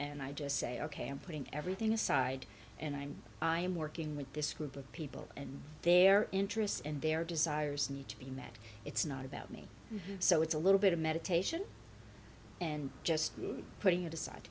and i just say ok i'm putting everything aside and i'm i'm working with this group of people and their interests and their desires need to be met it's not about me so it's a little bit of meditation and just putting it aside